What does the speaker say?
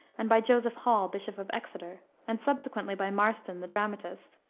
and by joseph hall, bishop of exeter, and subsequently by marston, the dramatist,